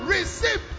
Receive